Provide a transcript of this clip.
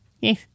Yes